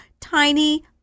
tiny